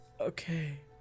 Okay